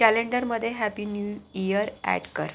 कॅलेंडरमध्ये happy new year add कर